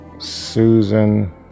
Susan